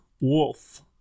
Wolf